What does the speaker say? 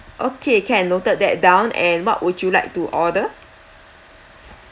okay can noted that down and what would you like to order